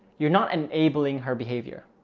you're not enabling her behavior.